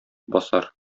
басар